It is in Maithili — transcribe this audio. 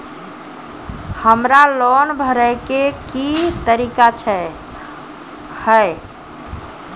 हमरा लोन भरे के की तरीका है?